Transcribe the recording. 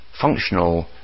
functional